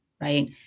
right